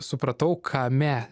supratau kame